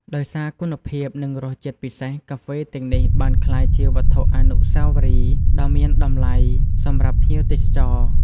ដោយសារគុណភាព និងរសជាតិពិសេស កាហ្វេទាំងនេះបានក្លាយជាវត្ថុអនុស្សាវរីយ៍ដ៏មានតម្លៃសម្រាប់ភ្ញៀវទេសចរ។